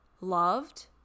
loved